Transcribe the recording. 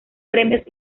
premios